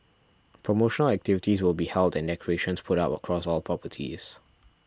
promotional activities will be held and decorations put up across all properties